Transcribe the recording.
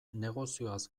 negozioaz